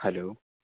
hello